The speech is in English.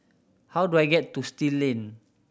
how do I get to Still Lane